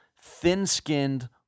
thin-skinned